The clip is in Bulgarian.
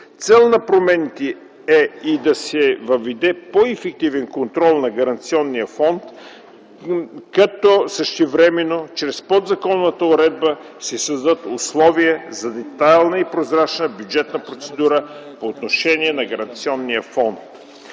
Цел на промените е и да се въведе по-ефективен контрол на Гаранционния фонд, като същевременно чрез подзаконовата уредба се създадат условия за детайлна и прозрачна бюджетна процедура по отношение на Гаранционния фонд.